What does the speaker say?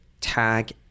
tag